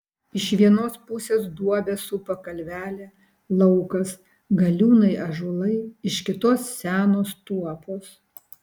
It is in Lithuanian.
iš vienos pusės duobę supa kalvelė laukas galiūnai ąžuolai iš kitos senos tuopos